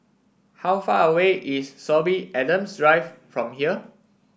how far away is Sorby Adams Drive from here